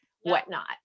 whatnot